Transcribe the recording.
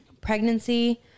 pregnancy